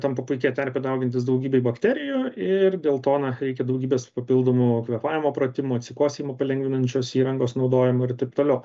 tampa puikia terpe daugintis daugybei bakterijų ir dėl to na reikia daugybės papildomų kvėpavimo pratimų atsikosėjimą palengvinančios įrangos naudojimo ir taip toliau